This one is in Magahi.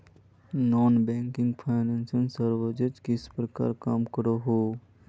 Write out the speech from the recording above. नॉन बैंकिंग फाइनेंशियल सर्विसेज किस प्रकार काम करोहो?